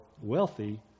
wealthy